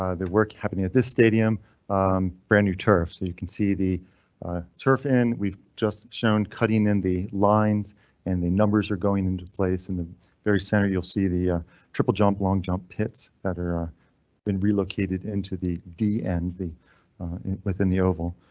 um their work happening at this stadium um brand new turf so you can see the surfin. we've just shown cutting in the lines and the numbers are going into place in the very center you'll see the ah triple jump. long jump pits that are been relocated into the d and the within the oval